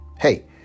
hey